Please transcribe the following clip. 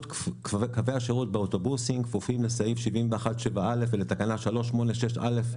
כפופים לסעיף 71(7א) ולתקנה 386(א).